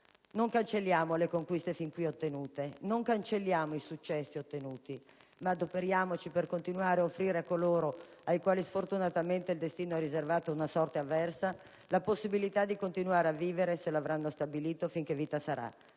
Non cancelliamo le conquiste fin qui ottenute, non cancelliamo i successi ottenuti, ma adoperiamoci per continuare ad offrire a coloro ai quali, sfortunatamente, il destino ha riservato una sorte avversa, la possibilità di continuare a vivere, se lo avranno stabilito, finché vita sarà,